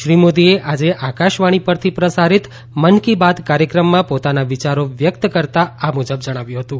શ્રી મોદીએ આજે આકાશવાણી પરથી પ્રસારિત મનકી બાત કાર્યક્રમમાં પોતાના વિયારો વ્યક્ત કરતાં આ મુજબ જણાવ્યું હતું